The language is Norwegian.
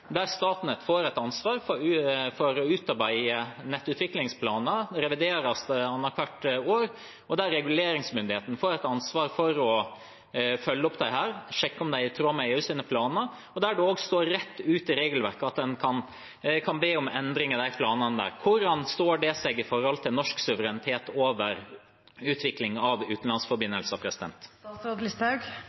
der Statnett får et ansvar for å utarbeide nettutviklingsplaner og revidere dem annethvert år, og der reguleringsmyndigheten får et ansvar for å følge opp dette og sjekke om det er i tråd med EUs planer, og der det også står rett ut i regelverket at en kan be om endring i disse planene. Hvordan står det seg i forhold til norsk suverenitet over utviklingen av utenlandsforbindelser?